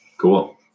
Cool